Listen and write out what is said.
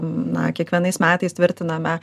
na kiekvienais metais tvirtiname